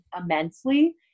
immensely